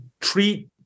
treat